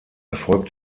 erfolgt